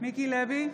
מיקי לוי,